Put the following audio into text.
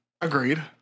Agreed